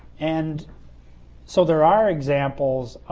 and so there are examples